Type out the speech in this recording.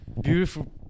beautiful